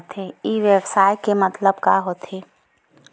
ई व्यवसाय के मतलब का होथे?